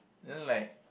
and then like